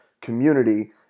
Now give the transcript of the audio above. community